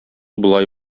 болай